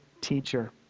teacher